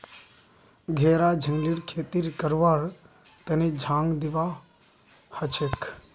घेरा झिंगलीर खेती करवार तने झांग दिबा हछेक